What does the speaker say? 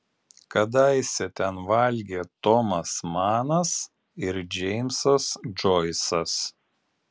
kadaise ten valgė tomas manas ir džeimsas džoisas